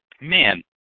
man